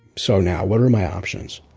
so now, what are my options?